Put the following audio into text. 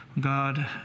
God